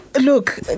Look